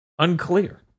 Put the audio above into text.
unclear